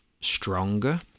stronger